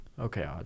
okay